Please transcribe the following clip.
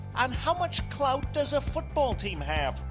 and how much clout does a football team have?